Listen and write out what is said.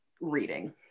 reading